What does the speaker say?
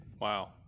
Wow